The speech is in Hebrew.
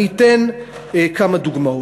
אני אתן כמה דוגמאות.